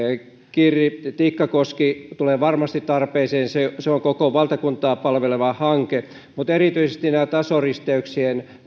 kirri tikkakoski tulee varmasti tarpeeseen se se on koko valtakuntaa palveleva hanke mutta erityisesti nämä lisämäärärahat tasoristeyksien